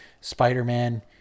Spider-Man